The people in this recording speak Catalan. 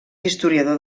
historiador